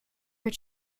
were